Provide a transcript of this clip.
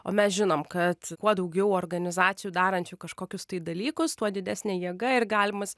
o mes žinom kad kuo daugiau organizacijų darančių kažkokius tai dalykus tuo didesnė jėga ir galimas